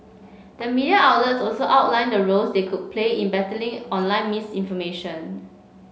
the media outlets also outlined the roles they could play in battling online misinformation